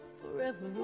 forever